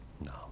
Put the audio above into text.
No